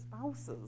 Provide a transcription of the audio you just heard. spouses